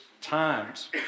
times